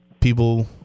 People